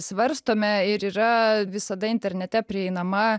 svarstome ir yra visada internete prieinama